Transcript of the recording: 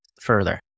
further